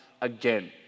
again